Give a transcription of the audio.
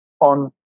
on